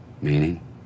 meaning